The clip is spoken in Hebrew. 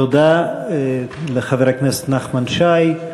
תודה לחבר הכנסת נחמן שי.